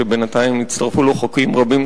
שבינתיים התווספו לו חוקים רבים,